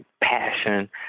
passion